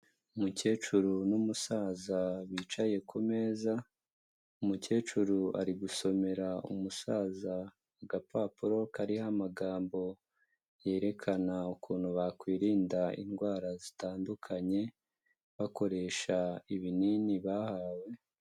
Umukecuru n'umusaza bicaye ku meza, umukecuru bari gusomera umusaza agapapuro kariho amagambo yerekana ukuntu bakwirinda indwara zitandukanye, bakoresha ibinini bahawe.